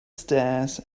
stairs